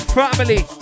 family